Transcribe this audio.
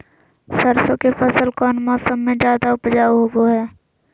सरसों के फसल कौन मौसम में ज्यादा उपजाऊ होबो हय?